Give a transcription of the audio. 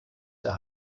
der